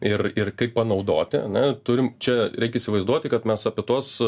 ir ir kaip panaudoti ane turim čia reikia įsivaizduoti kad mes apie tuos